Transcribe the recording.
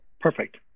Perfect